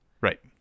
right